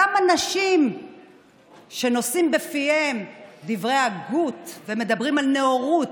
אותם אנשים שנושאים בפיהם דברי הגות ומדברים על נאורות,